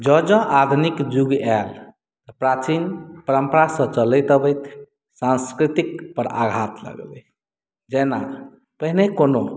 जँ जँ आधुनिक युग आयल प्राचीन परम्परासँ चलैत अबैत सँस्कृतिपर आघात लगलैक जेना पहिने कोनो